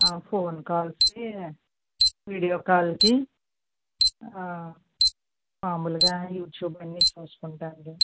phone కాల్స్కి video కాల్కి మామూలుగా యూట్యూబ్ అన్నీ చూసుకుంటాను అండి